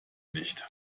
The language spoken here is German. nicht